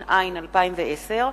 התש"ע 2010,